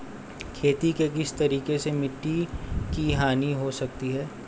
खेती के किस तरीके से मिट्टी की हानि हो सकती है?